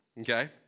okay